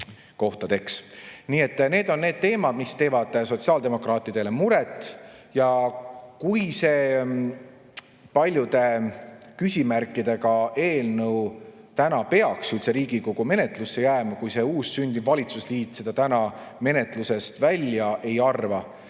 kättesaadavaks. Need on teemad, mis teevad sotsiaaldemokraatidele muret. Ja kui see paljude küsimärkidega eelnõu täna peaks üldse Riigikogu menetlusse jääma, kui see uus sündiv valitsusliit seda menetlusest välja ei arva,